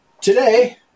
Today